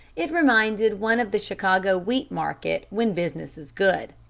it reminded one of the chicago wheat market when business is good.